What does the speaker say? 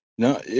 No